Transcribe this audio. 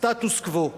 סטטוס קוו.